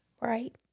right